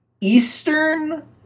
Eastern